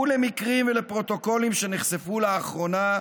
ולמקרים ולפרוטוקולים שנחשפו לאחרונה,